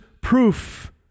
proof